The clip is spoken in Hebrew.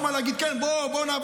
זו לא חוכמה להגיד: כן, בואו נעבוד.